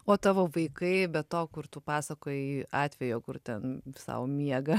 o tavo vaikai be to kur tu pasakojai atvejo kur ten sau miega